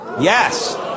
Yes